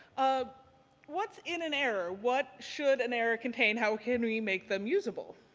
um what's in an error? what should an error contain, how can we make them usable?